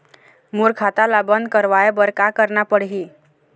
मोर खाता ला बंद करवाए बर का करना पड़ही?